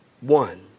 One